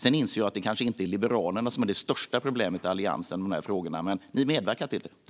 Sedan inser jag att det kanske inte är Liberalerna som är det största problemet i Alliansen i dessa frågor, men ni medverkar till det.